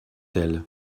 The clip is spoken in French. elle